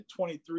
23